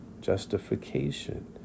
justification